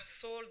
sold